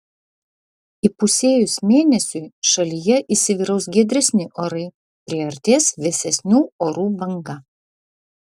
įpusėjus mėnesiui šalyje įsivyraus giedresni orai priartės vėsesnių orų banga